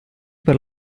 per